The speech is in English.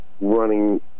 running